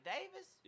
Davis